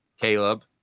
Caleb